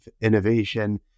innovation